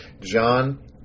John